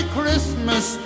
Christmas